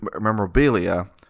memorabilia